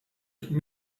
wieder